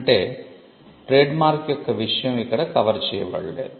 అంటే ట్రేడ్మార్క్ యొక్క విషయం ఇక్కడ కవర్ చేయబడలేదు